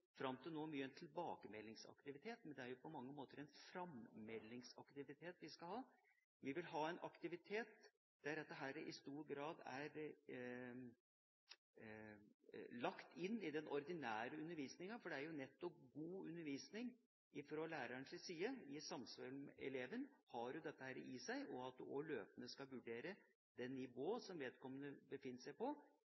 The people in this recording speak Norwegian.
en tilbakemeldingsaktivitet, men det er på mange måter en frammeldingsaktivitet vi skal ha. Vi vil ha en aktivitet der dette i stor grad er lagt inn i den ordinære undervisninga, for nettopp det er god undervisning fra lærerens side, i samspill med elevene, om de har dette i seg – at man løpende vurderer det nivået vedkommende befinner seg på, hvor han/hun er sterke og